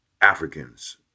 Africans